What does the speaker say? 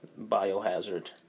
biohazard